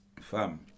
fam